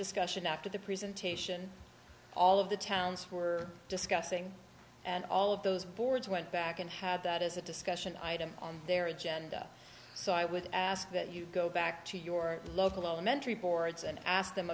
discussion after the presentation all of the towns were discussing and all of those boards went back and had that as a discussion item on their agenda so i would ask that you go back to your local elementary boards and ask them